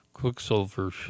Quicksilver